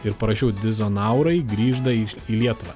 ir parašiau dizonaurai grįžda į lietuvą